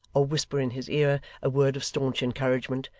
or whisper in his ear a word of staunch encouragement,